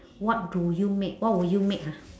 what do you make what would you make ah